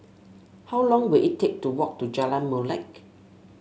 how long will it take to walk to Jalan Molek